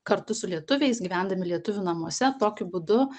kartu su lietuviais gyvendami lietuvių namuose tokiu būdu